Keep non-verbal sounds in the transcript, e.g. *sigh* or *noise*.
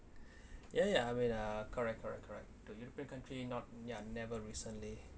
*breath* ya ya I mean uh correct correct correct to european country not ya never recently